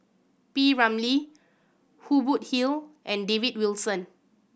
P Ramlee Hubert Hill and David Wilson